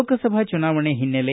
ಲೋಕಸಭೆ ಚುನಾವಣೆ ಹಿನ್ನಲೆ